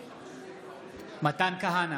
בעד מתן כהנא,